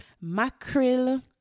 mackerel